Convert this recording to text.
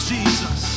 Jesus